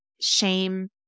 shame